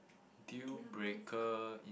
deal breaker